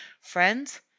Friends